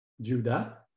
Judah